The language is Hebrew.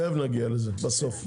תיכף נגיע לזה, בסוף.